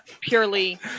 purely